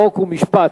חוק ומשפט.